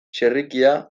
txerrikia